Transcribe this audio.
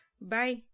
Bye